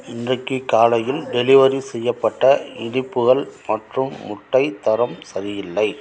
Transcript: இன்றைக்கு காலையில் டெலிவரி செய்யப்பட்ட இனிப்புகள் மற்றும் முட்டை தரம் சரியில்லை